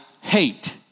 hate